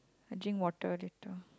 I drink water later